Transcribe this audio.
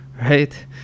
Right